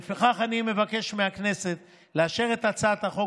לפיכך אני מבקש מהכנסת לאשר את הצעת החוק